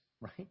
right